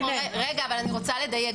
רגע, אבל אני רוצה לדייק.